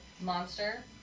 monster